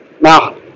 Now